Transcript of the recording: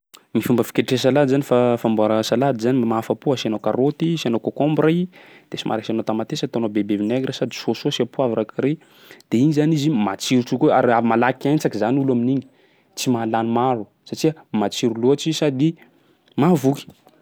Ny fomba fiketreha salady zany fa- famboara salady zany mba mahafa-po asianao karaoty, asianao concombre i, de somary asianao tamatesa, ataonao bebe vinaigre sady soa saosy poivre, carry de igny zany izy matsiro tokoa ary raha malaky hentsaky zany olo amin'igny, tsy mahalany maro satsia matsiro loatsy sady mahavoky.